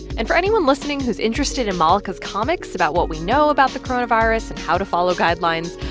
and for anyone listening who's interested in malaka's comics about what we know about the coronavirus and how to follow guidelines,